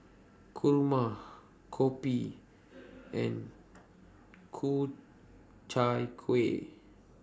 Kurma Kopi and Ku Chai Kueh